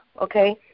okay